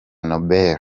nobel